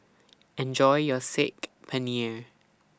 Enjoy your Saag Paneer